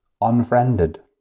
unfriended